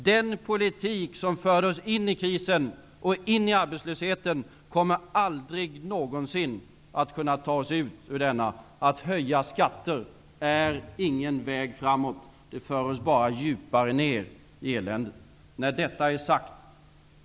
Den politik som förde oss in i krisen och arbetslösheten kommer aldrig någonsin att kunna ta oss bort från detta. Att höja skatter är ingen väg framåt. Det för oss bara djupare ner i eländet.